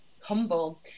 humble